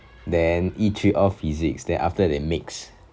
then e three all physics then after they mix